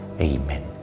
amen